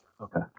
Okay